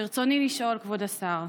ברצוני לשאול, כבוד השר: